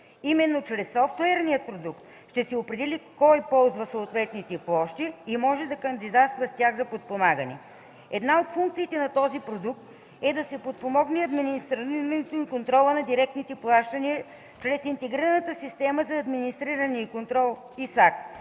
Именно чрез софтуерния продукт ще се определи кой ползва съответните площи и може да кандидатства с тях за подпомагане. Една от функциите на този продукт е да подпомогне администрирането и контрола на директните плащания чрез Интегрираната система за администриране и контрол (ИСАК),